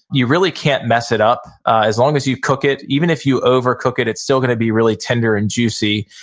you really can't mess it up, as long as you cook it, even if you overcook it, it's still gonna be really tender and juicy.